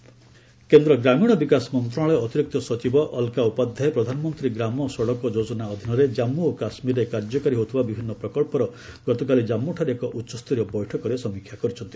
JK PMKSY କେନ୍ଦ୍ର ଗ୍ରାମୀଣ ବିକାଶ ମନ୍ତ୍ରଶାଳୟ ଅତିରିକ୍ତ ସଚିବ ଅଲକା ଉପାଧ୍ୟାୟ ପ୍ରଧାନମନ୍ତ୍ରୀ ଗ୍ରାମ ସଡ଼କ ଯୋଜନା ଅଧୀନରେ ଜାଞ୍ଚ ଓ କାଶ୍ୱୀରରେ କାର୍ଯ୍ୟକାରୀ ହେଉଥିବା ବିଭିନ୍ନ ପ୍ରକଳ୍ପର ଗତକାଲି ଜାମ୍ମୁଠାରେ ଏକ ଉଚ୍ଚସ୍ତରୀୟ ବୈଠକରେ ସମୀକ୍ଷା କରିଛନ୍ତି